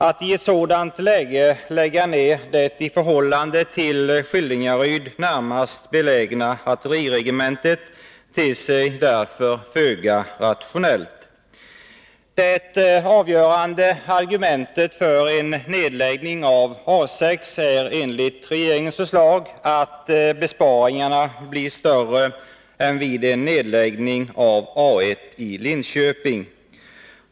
Att i ett sådant läge lägga ner det i förhållande till Skillingaryd närmast belägna artilleriregementet ter sig därför föga rationellt. Det avgörande argumentet för en nedläggning av A 6 är enligt regeringens förslag att besparingarna blir större än vid en nedläggning av A 1i Linköping.